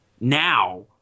now